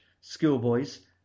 schoolboys